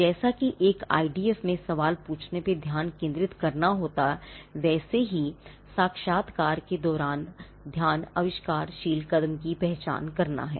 जैसा कि एक आईडीएफ में सवाल पूछने में ध्यान केंद्रित करना होता हैवैसे ही साक्षात्कार के दौरान ध्यान आविष्कारशील कदम की पहचान करना है